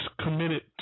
committed